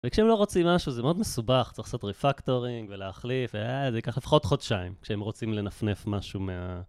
וכשהם לא רוצים משהו זה מאוד מסובך, צריך לעשות ריפקטורינג ולהחליף, זה ייקח לפחות חודשיים כשהם רוצים לנפנף משהו מה...